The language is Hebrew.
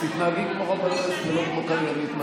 אז תתנהגי כמו חברת כנסת ולא כמו קריינית.